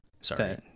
Sorry